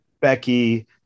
Becky